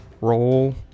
roll